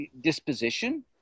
disposition